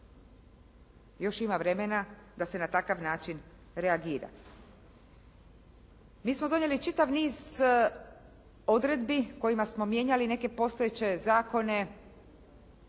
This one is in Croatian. Još ima vremena da se na takav način reagira. Mi smo donijeli čitav niz odredbi kojima smo mijenjali neke postojeće zakone